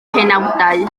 penawdau